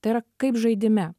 tai yra kaip žaidime